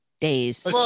days